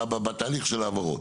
בתהליך של ההבהרות,